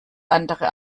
andere